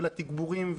לתגבורים,